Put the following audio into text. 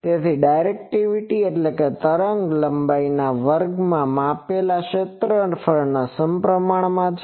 તેથી ડાયરેક્ટિવિટી એ તરંગલંબાઇના વર્ગમાં માપેલા ક્ષેત્રના સમપ્રમાણમાં છે